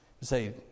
Say